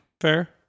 Fair